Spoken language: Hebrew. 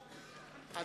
נתקבל.